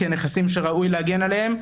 כנכסים שראוי להגן עליהם.